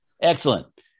Excellent